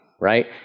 right